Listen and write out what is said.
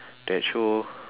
that show